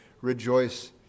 Rejoice